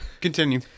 Continue